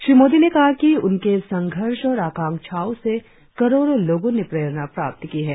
श्री मोदी ने कहा कि उनके संघर्ष और आकांक्षाओं से करोड़ों लोगों ने प्रेरणा प्राप्त की है